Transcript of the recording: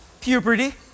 Puberty